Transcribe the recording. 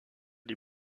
des